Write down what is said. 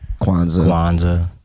Kwanzaa